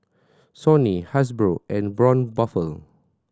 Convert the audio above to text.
Sony Hasbro and Braun Buffel